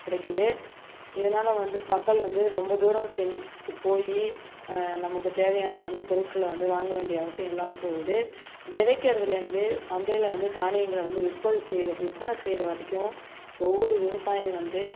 கிடைக்குது இதனால் வந்து மக்கள் வந்து ரொம்ப தூரம் சென் ஸ் போய் நமக்குத் தேவையான வந்து பொருட்களை வந்து வாங்க வேண்டிய அவசியம் இல்லாமல் போகுது விதைக்கறதுலேருந்து சந்தையில் வந்து தானியங்களை வந்து விற்பது செய்யற விற்பனை செய்யற வரைக்கும் ஒவ்வொரு விவசாயி வந்து